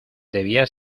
debía